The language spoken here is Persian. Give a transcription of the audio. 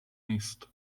نیست